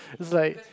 it's like